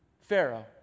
Pharaoh